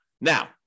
Now